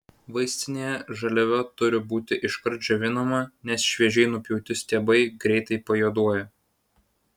vaistinė žaliava turi būti iškart džiovinama nes šviežiai nupjauti stiebai greitai pajuoduoja